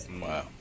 Wow